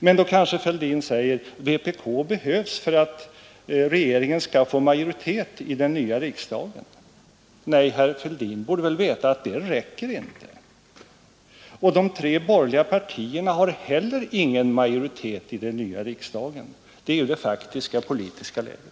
Men då säger kanske herr Fälldin: Vpk behövs för att regeringen skall få majoritet i den nya riksdagen. Men herr Fälldin borde veta att det inte räcker. De tre borgerliga partierna har heller ingen majoritet i den nya riksdagen. Det är ju det faktiska politiska läget.